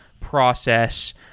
process